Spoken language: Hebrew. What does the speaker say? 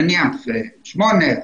נניח שמונה,